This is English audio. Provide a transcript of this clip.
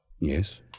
Yes